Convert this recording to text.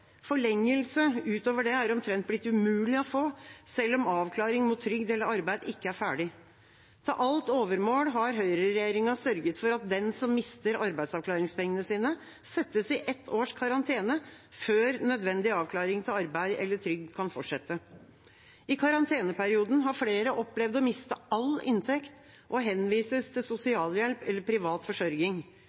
Forlengelse utover det er omtrent blitt umulig å få, selv om avklaring mot trygd eller arbeid ikke er ferdig. Til alt overmål har høyreregjeringa sørget for at den som mister arbeidsavklaringspengene sine, settes i ett års karantene før nødvendig avklaring til arbeid eller trygd kan fortsette. I karanteneperioden har flere opplevd å miste all inntekt og henvises til sosialhjelp eller privat forsørging.